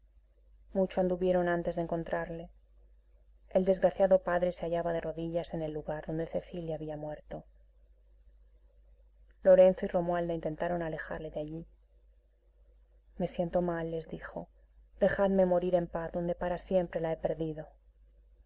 mucho anduvieron antes de encontrarle el desgraciado padre se hallaba de rodillas en el lugar donde cecilia había muerto lorenzo y romualda intentaron alejarle de allí me siento mal les dijo dejadme morir en paz donde para siempre la he perdido